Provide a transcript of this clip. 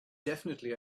definitely